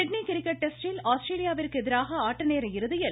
Sydney cricket டெஸ்ட்டில் ஆஸ்திரேலியாவிற்கு எதிராக ஆட்ட நேர இறுதியில்